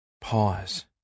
pause